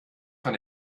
von